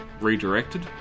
redirected